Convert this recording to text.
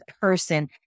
person